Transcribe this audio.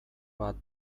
bat